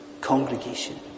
congregation